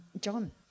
John